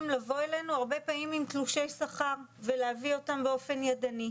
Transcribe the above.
לבוא אלינו הרבה פעמים עם תלושי שכר ולהביא אותם באופן ידני.